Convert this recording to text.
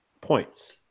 points